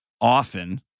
often